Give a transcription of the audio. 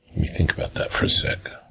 me think about that for so